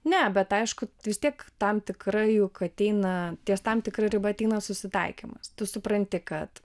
ne bet aišku vis tiek tam tikra juk ateina ties tam tikra riba ateina susitaikymas tu supranti kad